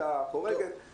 הטלפון היחיד לא מספיק.